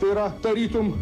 yra tarytum